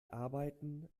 arbeiten